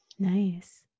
Nice